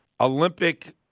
Olympic